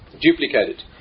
duplicated